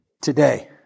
today